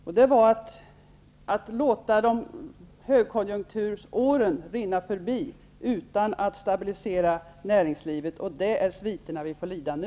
Man lät åren med högkonjunktur rinna förbi utan att stabilisera näringslivet. Sviterna av detta får vi lida av nu.